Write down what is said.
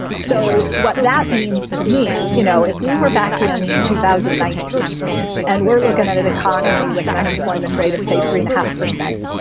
so what that means to me. you know, if we were back in two thousand and nineteen and we're looking at an economy with an unemployment rate of, say, three and a half percent,